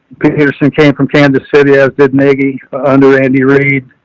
peterson came from kansas city as did nagy under andy reed,